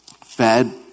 fed